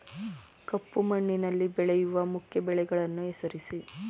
ಕಪ್ಪು ಮಣ್ಣಿನಲ್ಲಿ ಬೆಳೆಯುವ ಮುಖ್ಯ ಬೆಳೆಗಳನ್ನು ಹೆಸರಿಸಿ